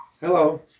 Hello